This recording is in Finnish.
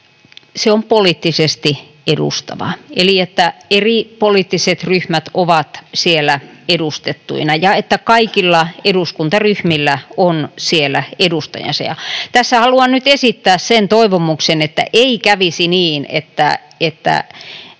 se on poliittisesti edustavaa eli että eri poliittiset ryhmät ovat siellä edustettuina ja että kaikilla eduskuntaryhmillä on siellä edustajansa. Tässä haluan nyt esittää sen toivomuksen, että ei kävisi niin, että